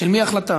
של מי ההחלטה?